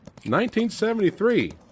1973